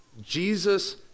Jesus